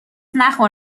نخور